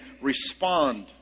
respond